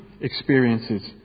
experiences